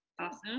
Awesome